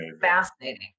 fascinating